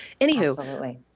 Anywho